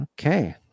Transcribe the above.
Okay